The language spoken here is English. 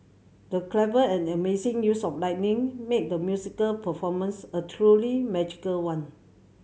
the clever and amazing use of lighting made the musical performance a truly magical one